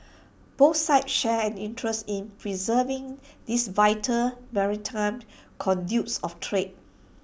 both sides share an interest in preserving these vital maritime conduits of trade